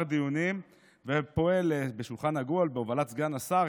דיונים ופועל בשולחן עגול בהובלת סגן השר,